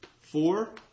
Four